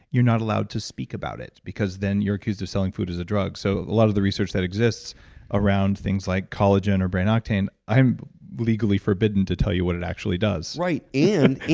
you're not allowed to speak about it because then you're accused of selling food as a drug. so a lot of the research that exists around things like collagen or brain octane, i'm legally forbidden to tell you what it actually does. right. and,